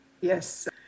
Yes